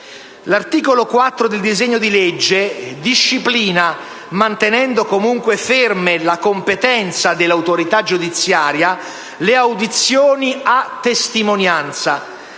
L'articolo 4 del disegno di legge disciplina - mantenendo comunque ferme le competenze dell'autorità giudiziaria - le audizioni a testimonianza.